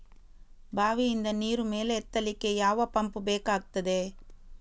ಬಾವಿಯಿಂದ ನೀರು ಮೇಲೆ ಎತ್ತಲಿಕ್ಕೆ ಯಾವ ಪಂಪ್ ಬೇಕಗ್ತಾದೆ?